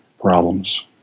problems